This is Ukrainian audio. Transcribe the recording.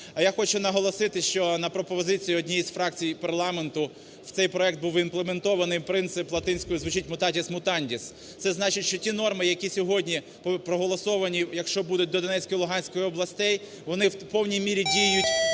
А я хочу наголосити, що на пропозицію однієї з фракцій парламенту в цей проект був імплементований принцип, латинською звучить mutatis mutandis, це значить, що ті норми, які сьогодні проголосовані, якщо будуть до Донецької, Луганської областей, вони в повній мірі діють